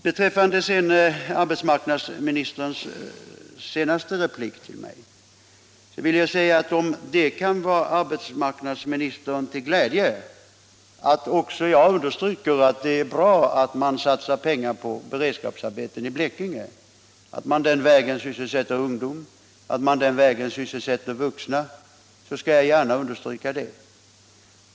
På arbetsmarknadsministerns senaste replik till mig vill jag svara, att om det kan vara arbetsmarknadsministern till glädje att också jag understryker att det är bra att man satsar pengar på beredskapsarbeten i Blekinge för att den vägen sysselsätta ungdomar och vuxna, så skall jag gärna göra det.